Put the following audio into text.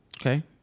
Okay